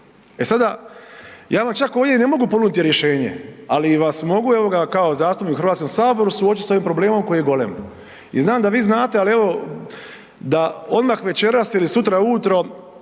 E sada ja vam čak ovdje ne mogu ponuditi rješenje, ali vas mogu kao zastupnik u HS-u suočiti sa ovim problemom koji je golem. I znam da vi znate, ali evo da odmah večeras ili sutra ujutro